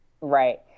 Right